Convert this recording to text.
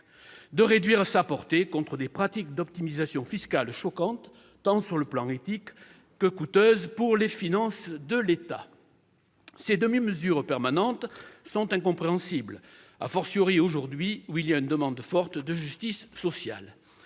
de réduire sa portée contre des pratiques d'optimisation fiscale choquantes sur le plan éthique et coûteuses pour les finances de l'État. Ces demi-mesures permanentes sont incompréhensibles, aujourd'hui où s'exprime une demande forte de justice sociale.